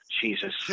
Jesus